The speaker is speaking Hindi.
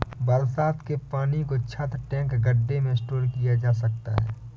बरसात के पानी को छत, टैंक, गढ्ढे में स्टोर किया जा सकता है